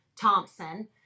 Thompson